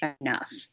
enough